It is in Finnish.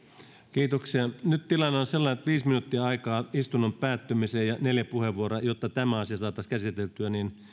kiitoksia nyt tilanne on sellainen että on viisi minuuttia aikaa istunnon päättymiseen ja neljä puheenvuoroa jotta tämä asia saataisiin käsiteltyä niin